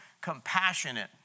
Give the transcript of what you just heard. compassionate